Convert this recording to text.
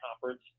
conference